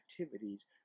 activities